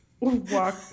walk